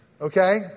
Okay